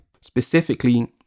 Specifically